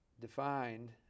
defined